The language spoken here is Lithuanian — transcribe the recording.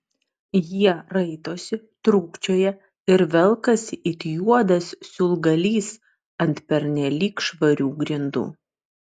jie raitosi trūkčioja ir velkasi it juodas siūlgalys ant pernelyg švarių grindų